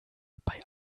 bei